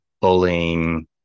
bullying